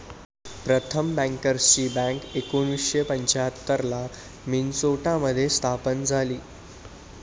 प्रथम बँकर्सची बँक एकोणीसशे पंच्याहत्तर ला मिन्सोटा मध्ये स्थापन झाली